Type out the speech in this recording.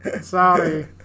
Sorry